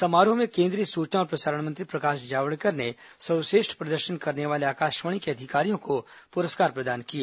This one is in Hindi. समारोह में केंद्रीय सूचना और प्रसारण मंत्री प्रकाश जावडेकर ने सर्वश्रेष्ठ प्रदर्शन करने वाले आकाशवाणी के अधिकारियों को पुरस्कार प्रदान किए